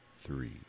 three